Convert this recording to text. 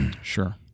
sure